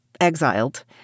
exiled